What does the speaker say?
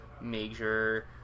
major